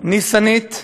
ניסנית,